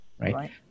right